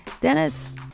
Dennis